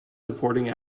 supporting